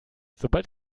sobald